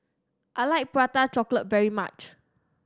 I like Prata Chocolate very much